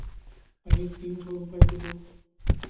पनीर तीन सौ रुपए किलो